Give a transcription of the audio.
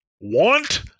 want